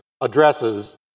addresses